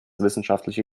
wissenschaftliche